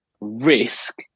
risk